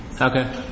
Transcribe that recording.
Okay